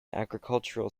agricultural